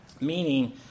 meaning